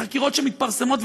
חקירות שמתפרסמות,